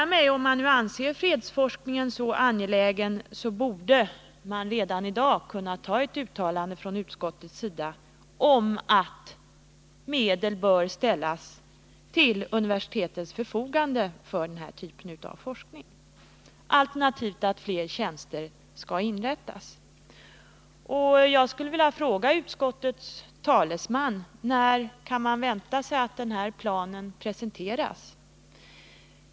Om utskottet nu anser fredsforskningen så angelägen, fliktforskning borde det redan i dag kunna göra ett uttalande om att medel bör ställas till universitetens förfogande för denna typ av forskning, alternativt att fler tjänster skall inrättas. Jag vill fråga utskottets talesman: När kan vi vänta oss att denna plan presenteras?